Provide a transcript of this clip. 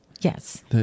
Yes